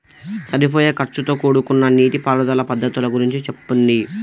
సరిపోయే ఖర్చుతో కూడుకున్న నీటిపారుదల పద్ధతుల గురించి చెప్పండి?